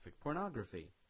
pornography